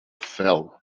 fell